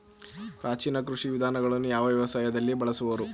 ಪ್ರಾಚೀನ ಕೃಷಿ ವಿಧಾನಗಳನ್ನು ಯಾವ ವ್ಯವಸಾಯದಲ್ಲಿ ಬಳಸುವರು?